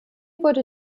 wurde